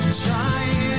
trying